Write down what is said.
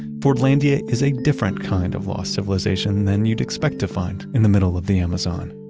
fordlandia is a different kind of lost civilization than you'd expect to find in the middle of the amazon.